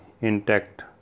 intact